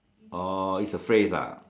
oh it's a phase ah